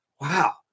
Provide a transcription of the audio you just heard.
wow